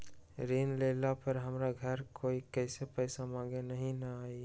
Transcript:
ऋण लेला पर हमरा घरे कोई पैसा मांगे नहीं न आई?